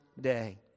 day